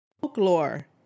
folklore